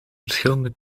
verschillende